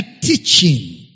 teaching